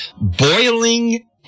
boiling